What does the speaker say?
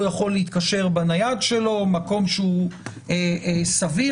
כולל שיחה עם אוזנייה במקביל ודברים שראינו שהם לא טובים ולא עובדים.